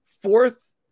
Fourth